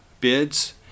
bids